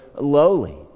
lowly